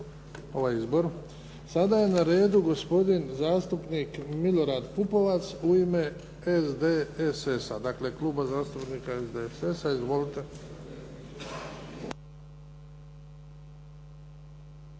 ovaj izbor. Sada je na redu gospodin zastupnik Milorad Pupovac u ime Kluba zastupnika SDSS-a. Izvolite.